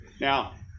Now